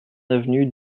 avenue